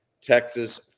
Texas